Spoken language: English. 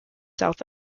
south